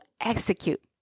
execute